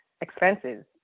expenses